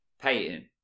Peyton